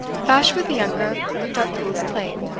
bashwood the younger looked up from his plate.